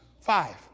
Five